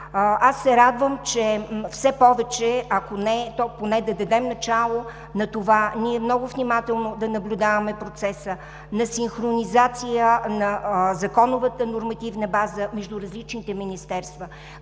аз се радвам, че ако не все повече, то поне да дадем начало на това ние много внимателно да наблюдаваме процеса на синхронизация на законовата нормативна база между различните министерства.